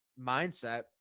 mindset